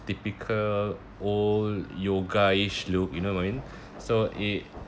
typical old yogaish look you know what I mean so it